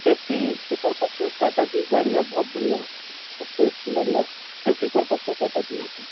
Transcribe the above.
safety के purpose से टाटा की गाड़ियाँ बहुत बढ़िया होती हैं सबसे अच्छी गाड़ियाॅं सेफ्टी पर्पस से टाटा की होती है